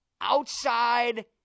outside